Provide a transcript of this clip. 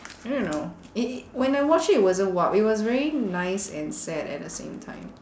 I don't know it when I watch it it wasn't warped it was very nice and sad at the same time